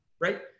right